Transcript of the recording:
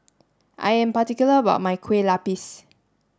I am particular about my Kue Lupis